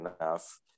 enough